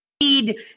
need